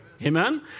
Amen